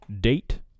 date